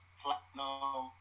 platinum